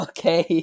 Okay